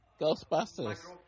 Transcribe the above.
Ghostbusters